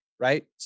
right